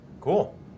Cool